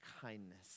kindness